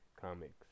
comics